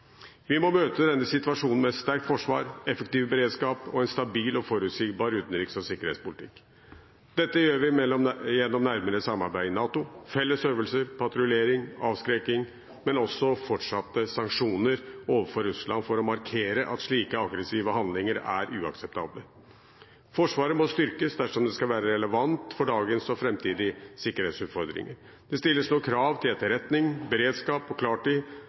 Vi må møte denne situasjonen med et sterkt forsvar, effektiv beredskap og en stabil og forutsigbar utenriks- og sikkerhetspolitikk. Dette gjør vi gjennom nærmere samarbeid i NATO, felles øvelser, patruljering og avskrekking, men også med fortsatte sanksjoner overfor Russland for å markere at slike aggressive handlinger er uakseptable. Forsvaret må styrkes dersom det skal være relevant for dagens og framtidige sikkerhetsutfordringer. Det stilles nå krav til etterretning, beredskap og klartid.